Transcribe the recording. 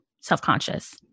self-conscious